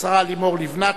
השרה לימור לבנת,